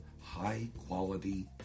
high-quality